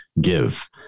Give